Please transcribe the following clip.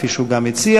כפי שהוא גם הציע,